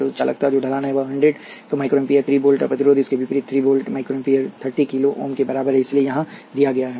तो चालकता जो ढलान है वह 100 माइक्रो एम्पीयर 3 वोल्ट है और प्रतिरोध जो कि इसके विपरीत है 3 volt micro ampere 30 kilo ohm के बराबर है इसलिए यहां दिया गया है